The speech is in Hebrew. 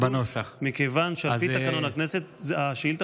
מכיוון שעל פי תקנון הכנסת השאילתה